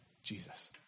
Jesus